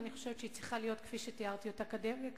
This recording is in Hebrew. ואני חושבת שהיא צריכה להיות כפי שתיארתי אותה כרגע.